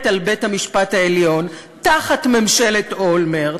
על בית-המשפט העליון תחת ממשלת אולמרט,